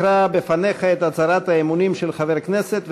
אקרא בפניך את הצהרת האמונים של חבר הכנסת,